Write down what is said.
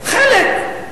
חלק.